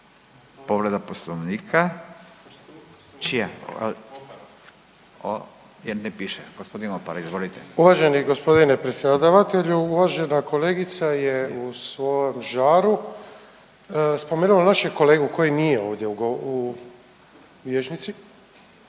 Andro (HDZ)** Uvaženi g. predsjedavatelju, uvažena kolegica je u svom žaru spomenula našeg kolegu koji nije ovdje u vijećnici